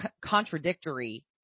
contradictory